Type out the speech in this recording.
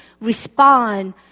respond